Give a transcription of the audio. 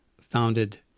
founded